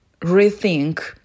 rethink